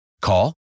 Call